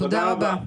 תודה רבה.